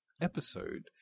episode